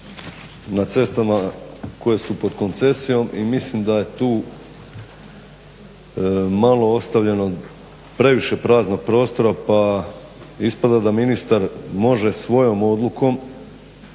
na cestama koje su pod koncesijom i mislim da je tu malo ostavljeno previše praznog prostora pa ispada da ministar može svojom odlukom,